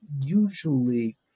usually